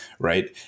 right